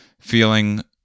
feeling